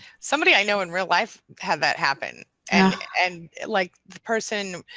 somebody i know in real life had that happen and like the person.